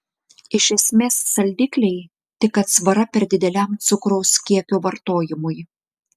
iš esmės saldikliai tik atsvara per dideliam cukraus kiekio vartojimui